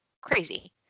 crazy